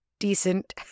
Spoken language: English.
Decent